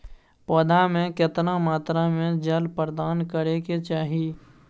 पौधा में केतना मात्रा में जल प्रदान करै के चाही?